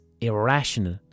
irrational